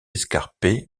escarpée